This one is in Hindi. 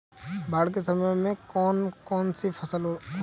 बाढ़ के समय में कौन सी फसल होती है?